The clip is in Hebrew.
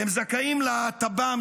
והם זכאים לטב"ם,